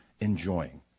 enjoying